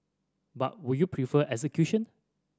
but would you prefer execution